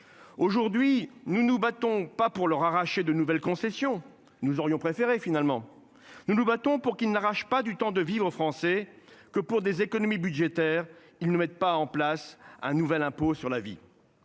Aujourd'hui, nous nous battons pas pour leur arracher de nouvelles concessions. Nous aurions préféré finalement nous nous battons pour qu'il n'arrache pas du temps de vivre aux Français que pour des économies budgétaires. Ils ne mettent pas en place un nouvel impôt sur la vie.